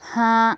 ہاں